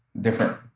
different